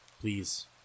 please